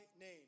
name